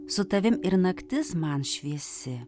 su tavim ir naktis man šviesi